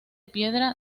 piedra